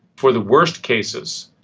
for the worst cases,